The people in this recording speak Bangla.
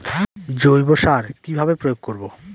জৈব সার কি ভাবে প্রয়োগ করব?